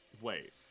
Wait